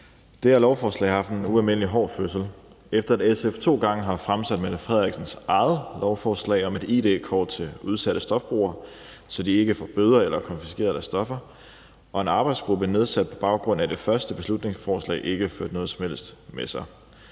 Det her lovforslag har haft en ualmindelig hård fødsel. Efter at SF to gange har fremsat statsministerens eget lovforslag om et id-kort til udsatte stofbrugere, så de ikke får bøder eller får konfiskeret deres stoffer, og efter at en arbejdsgruppe blev nedsat på baggrund af det første beslutningsforslag, som ikke har ført noget som helst med sig,